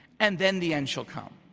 and then the end shall come.